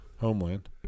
Homeland